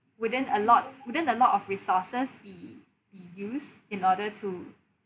within a lot wouldn't a lot of resources be be use in order to